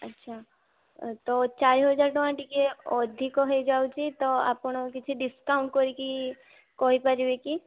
ଆଚ୍ଛା ତ ଚାରିହଜାର ଟଙ୍କା ଟିକେ ଅଧିକ ହେଇ ଯାଉଛି ତ ଆପଣ କିଛି ଡିସକାଉଣ୍ଟ କରିକି କହିପାରିବେ କି